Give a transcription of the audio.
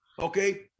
okay